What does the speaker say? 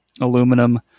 aluminum